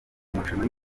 amarushanwa